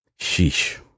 Sheesh